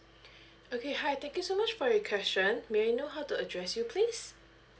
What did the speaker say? okay hi thank you so much for your question may I know how to address you please